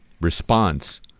response